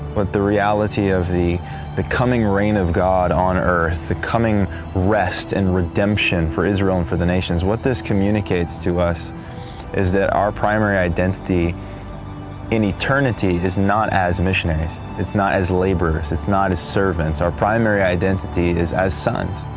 but the reality of the the coming reign of god on earth, the coming rest and redemption for israel and the nations, what this communicates to us is that our primary identity in eternity is not as missionaries, it's not as laborers, it's not as servants. our primary identity is as sons.